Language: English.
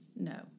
No